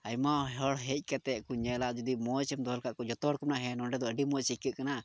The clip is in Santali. ᱟᱭᱢᱟ ᱦᱚᱲ ᱦᱮᱡ ᱠᱟᱛᱮᱫ ᱠᱚ ᱧᱮᱞᱟ ᱡᱩᱫᱤ ᱢᱚᱡᱽ ᱮᱢ ᱫᱚᱦᱚ ᱞᱮᱠᱷᱟᱡ ᱡᱚᱛᱚ ᱦᱚᱲ ᱠᱚ ᱢᱮᱱᱟ ᱦᱮᱸ ᱱᱚᱰᱮ ᱟᱹᱰᱤ ᱢᱚᱡᱽ ᱟᱹᱭᱠᱟᱹᱜ ᱠᱟᱱᱟ